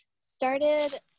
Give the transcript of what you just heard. started